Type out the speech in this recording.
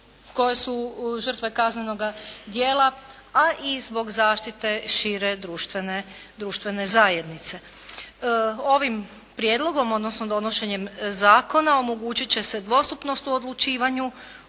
koje su žrtve kaznenoga dijela, a i zbog zaštite šire društvene zajednice. Ovim prijedlogom, odnosno donošenjem zakona omogućit će se dvostupnost u odlučivanju